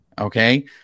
okay